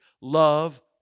Love